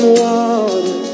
water